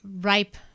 ripe